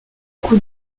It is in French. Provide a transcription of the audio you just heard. coup